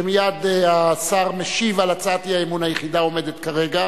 שמייד השר משיב על הצעת האי-אמון היחידה העומדת כרגע.